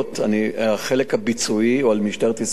החלק הביצועי הוא על משטרת ישראל,